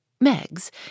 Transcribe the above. Meg's